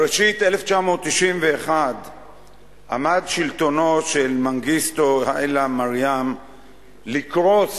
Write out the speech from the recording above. בראשית 1991 עמד שלטונו של מנגיסטו היילה מריאם לקרוס